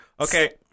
Okay